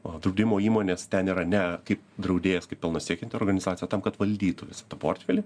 o draudimo įmonės ten yra ne kaip draudėjas kaip pelno siekianti organizacija tam kad valdytų visą tą portfelį